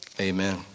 Amen